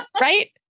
right